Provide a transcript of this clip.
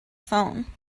phone